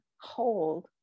hold